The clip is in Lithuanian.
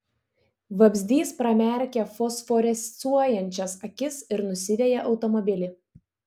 vabzdys pramerkia fosforescuojančias akis ir nusiveja automobilį